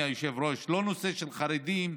זה לא נושא של חרדים,